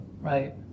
Right